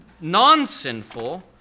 non-sinful